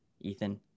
Ethan